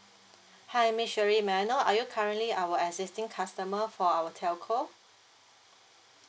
hi miss shirley may I know are you currently our existing customer for our telco